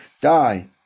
die